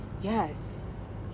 Yes